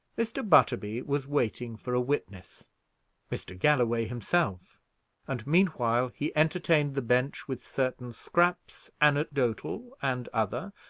mr. butterby was waiting for a witness mr. galloway himself and meanwhile, he entertained the bench with certain scraps, anecdotal and other,